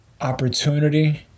opportunity